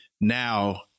now